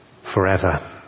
forever